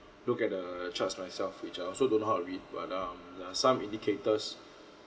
look at the chart myself which I also don't know how to read but um there are some indicators